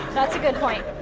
that's a good point.